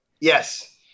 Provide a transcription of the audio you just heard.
Yes